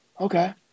Okay